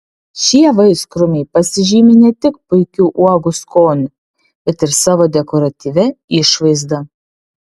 šie vaiskrūmiai pasižymi ne tik puikiu uogų skoniu bet ir savo dekoratyvia išvaizda